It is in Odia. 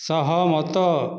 ସହମତ